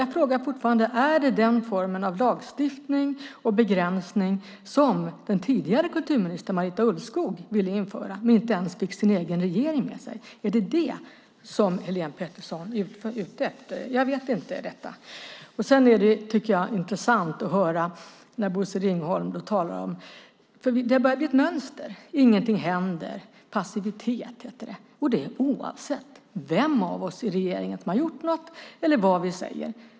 Jag frågar fortfarande: Handlar det om den form av lagstiftning och begränsning som den tidigare kulturministern, Marita Ulvskog, ville införa, där hon inte ens fick med sig sin egen regering? Är det detta som Helene Petersson är ute efter? Jag vet inte detta. Sedan tycker jag att det är intressant att höra när Bosse Ringholm talar. Det börjar bli ett mönster. Ingenting händer. Passivitet, heter det. Det är oavsett vem av oss i regeringen som har gjort något eller vad vi säger.